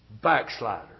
backslider